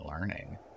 learning